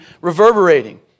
reverberating